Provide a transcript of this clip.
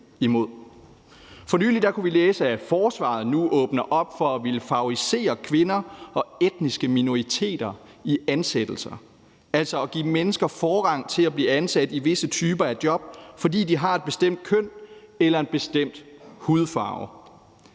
For nylig kunne vi læse, at forsvaret nu åbner op for at ville favorisere kvinder og etniske minoriteter i ansættelser, altså at give mennesker forrang til at blive ansat i visse typer af job, fordi de har et bestemt køn eller en bestemt hudfarve.